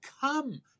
Come